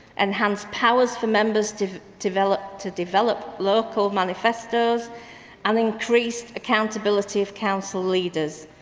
enhanced powers for members to develop to develop local manifestos and increase accountability of council leaders.